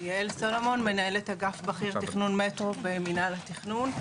יעל סולומון מנהלת אגף בכיר תכנון מטרו במינהל התכנון,